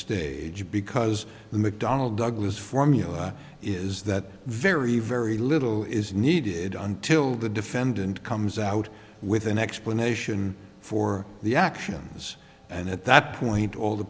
stage because the mcdonnell douglas formula is that very very little is needed until the defendant comes out with an explanation for the actions and at that point all the